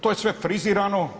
To je sve frizirano.